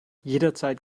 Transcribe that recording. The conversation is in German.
jederzeit